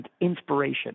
inspiration